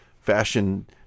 fashion